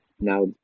now